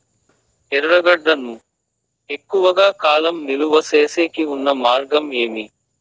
ఎర్రగడ్డ ను ఎక్కువగా కాలం నిలువ సేసేకి ఉన్న మార్గం ఏమి?